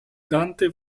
dante